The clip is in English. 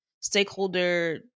stakeholder